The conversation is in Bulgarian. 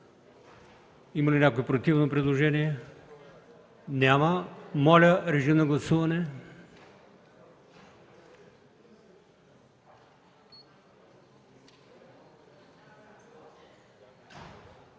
Има ли някой противно предложение? Няма. Моля, гласувайте.